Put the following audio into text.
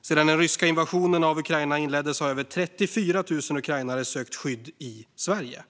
Sedan den ryska invasionen av Ukraina inleddes har över 34 000 ukrainare sökt skydd i Sverige.